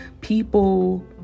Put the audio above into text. people